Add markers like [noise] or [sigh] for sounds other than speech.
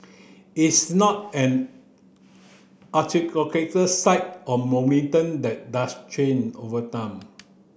it's not an [unintelligible] site or monument that doesn't change over time